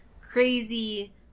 crazy